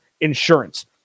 insurance